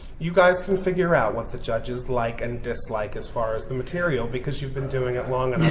you guys can figure out what the judges like and dislike as far as the material because you've been doing it long